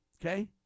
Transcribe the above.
okay